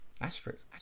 Asterisk